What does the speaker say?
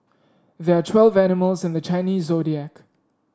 there are twelve animals in the Chinese Zodiac